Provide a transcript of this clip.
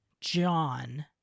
John